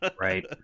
Right